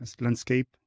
landscape